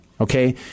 Okay